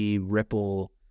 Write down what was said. ripple